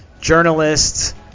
journalists